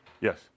Yes